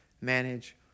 manage